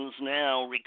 now